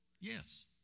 Yes